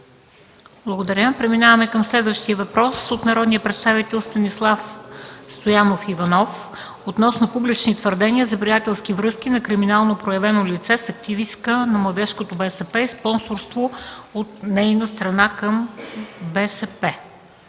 Благодаря. Преминаваме към следващия въпрос от народния представител Станислав Стоянов Иванов относно публични твърдения за приятелски връзки на криминално проявено лице с активистка на младежкото БСП и спонсорство от нейна страна към БСП.